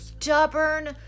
stubborn